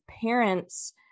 parents